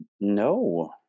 No